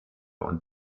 und